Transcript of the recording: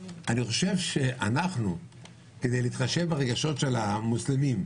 אני חושב שכדי להתחשב ברגשות של המוסלמים,